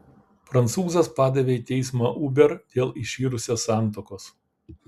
prancūzas padavė į teismą uber dėl iširusios santuokos